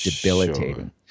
debilitating